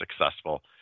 successful